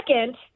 second